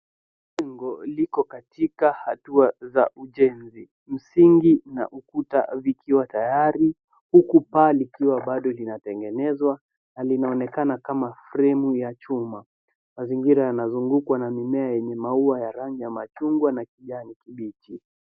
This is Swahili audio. Jengo liko katika hatua za ujenzi. Msingi na ukuta vikiwa tayari huku paa likiwa bado linatengenezwa na linaonekana kama fremu ya chuma. Mazingira yanazungukwa na maua yenye rangi ya machungwa na kijani kibichi.